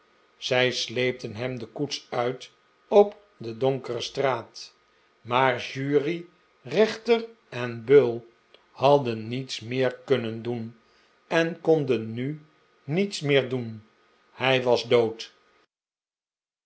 zij sleepten hem de koets uit op de donkere straat maar jury rechter en beul hadden niets meer kunnen doen en konden nu niets meer doen hij was dood